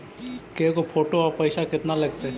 के गो फोटो औ पैसा केतना लगतै?